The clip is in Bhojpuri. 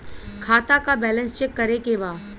खाता का बैलेंस चेक करे के बा?